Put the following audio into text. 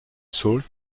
sault